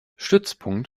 stützpunkt